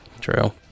True